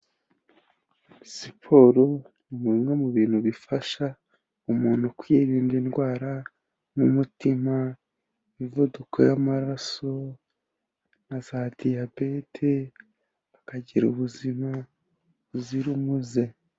Siporo ni bimwe mu bintu bifasha umuntu kwirinda indwara, nk'umutima, imivuduko y'amaraso, nka za diyabete, akagira ubuzima buzira umuze.